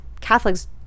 Catholics